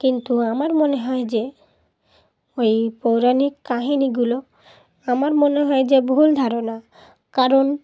কিন্তু আমার মনে হয় যে ওই পৌরাণিক কাহিনিগুলো আমার মনে হয় যে ভুল ধারণা কারণ